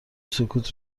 وسکوت